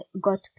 got